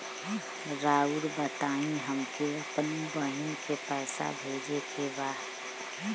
राउर बताई हमके अपने बहिन के पैसा भेजे के बा?